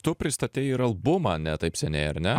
tu pristatei ir albumą ne taip seniai ar ne